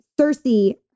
Cersei